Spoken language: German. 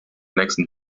nächsten